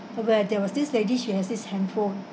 uh where there was this lady she has this handphone